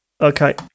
Okay